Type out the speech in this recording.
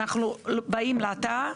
אנחנו באים לתא,